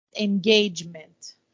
engagement